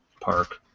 park